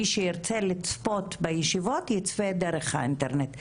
מי שירצה לצפות בישיבות, יצפה דרך האינטרנט.